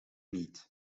niet